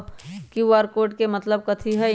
QR code के मतलब कथी होई?